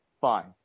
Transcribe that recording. Fine